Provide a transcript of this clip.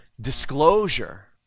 disclosure